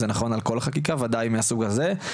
זה נכון לגבי כל חקיקה ובוודאי כשמדובר בחקיקה מהסוג הזה.